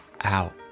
out